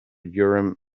urim